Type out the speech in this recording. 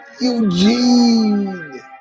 Eugene